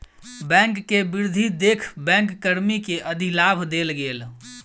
bank के वृद्धि देख बैंक कर्मी के अधिलाभ देल गेल